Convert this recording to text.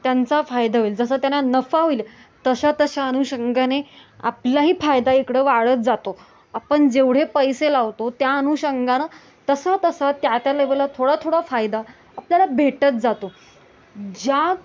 त्यांचा फायदा होईल जसा त्यांना नफा होईल तशा तशा अनुषंगाने आपलाही फायदा इकडं वाढत जातो आपण जेवढे पैसे लावतो त्या अनुषंगाने तसा तसा त्या त्या त्या लेवलला थोडा थोडा फायदा आपल्याला भेटत जातो ज्या